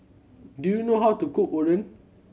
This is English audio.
do you know how to cook Oden